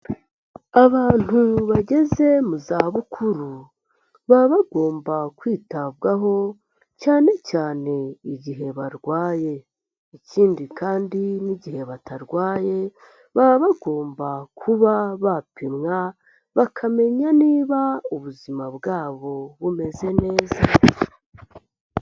Abantu bageze mu zabukuru, baba bagomba kwitabwaho, cyane cyane igihe barwaye, ikindi kandi n'igihe batarwaye, baba bagomba kuba bapimwa, bakamenya niba ubuzima bwabo bumeze neza.